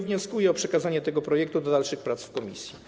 Wnoszę o przekazanie tego projektu do dalszych prac w komisji.